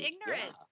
ignorant